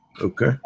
Okay